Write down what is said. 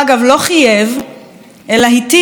לא חייב אלא התיר,